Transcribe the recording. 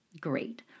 Great